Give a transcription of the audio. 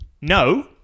No